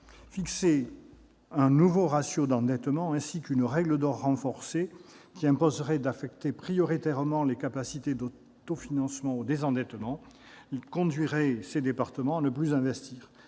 Fixer un nouveau ratio d'endettement ainsi qu'une règle d'or renforcée, qui imposerait d'affecter prioritairement les capacités d'autofinancement au désendettement, conduirait les départements à ne plus investir.